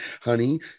Honey